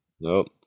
Nope